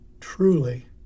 truly